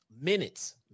minutes